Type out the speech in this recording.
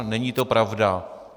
Není to pravda.